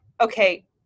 okay